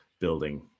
building